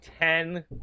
ten